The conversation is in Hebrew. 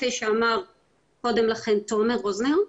כפי שאמר קודם לכן תומר רוזנר,